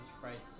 Frightened